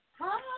Hi